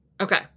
Okay